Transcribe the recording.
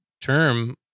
term